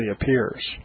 appears